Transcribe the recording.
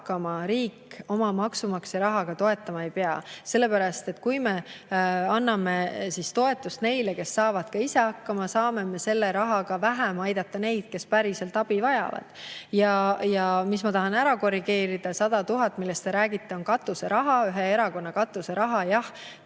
riik oma maksumaksja rahaga toetama ei pea. Kui me anname toetust neile, kes saavad ise hakkama, saame me selle rahaga vähem aidata neid, kes päriselt abi vajavad. Ja ma tahan ära korrigeerida, et 100 000, millest te räägite, on katuseraha, ühe erakonna katuseraha. Jah,